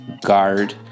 guard